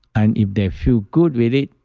and if they feel good with it,